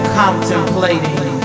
contemplating